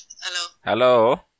Hello